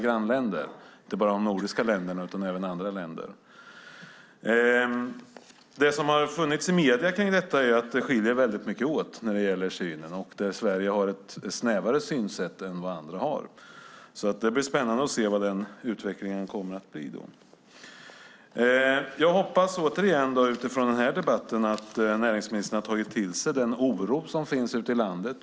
Det gäller inte bara de nordiska länderna utan även andra länder. Det som har funnits i medierna kring detta är att det skiljer sig väldigt mycket åt när det gäller synen och att Sverige har ett snävare synsätt än vad andra har. Det blir alltså spännande att se vad utvecklingen kommer att bli. Jag hoppas utifrån denna debatt återigen att näringsministern har tagit till sig den oro som finns ute i landet.